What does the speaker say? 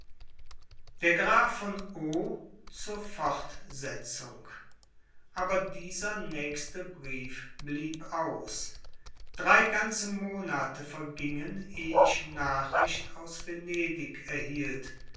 der graf von o zur fortsetzung aber dieser nächste brief blieb aus drei ganze monate vergingen ehe ich nachricht aus venedig erhielt